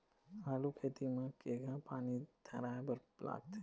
आलू खेती म केघा पानी धराए बर लागथे?